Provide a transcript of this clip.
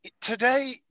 today